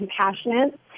compassionate